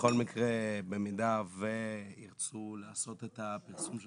בכל מקרה במידה וירצו לעשות את הפרסום של